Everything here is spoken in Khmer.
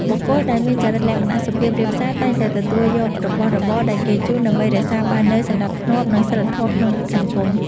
បុគ្គលដែលមានចរិតលក្ខណៈសុភាពរាបសារតែងតែទទួលយករបស់របរដែលគេជូន ដើម្បីរក្សាបាននូវសណ្តាប់ធ្នាប់ និងសីលធម៌ក្នុងសង្គម។